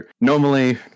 normally